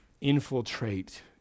infiltrate